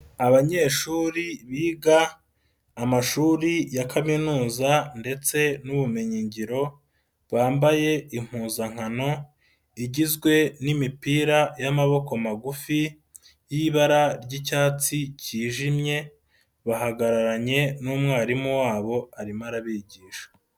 Abanyeshuri biga amashuri ya kaminuza ndetse n'ubumenyingiro, bambaye impuzankano igizwe n'imipira y'amaboko magufi y'ibara ry'icyatsi cyijimye, bahagararanye n'umwarimu wabo arimo arabigisha.